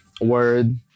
word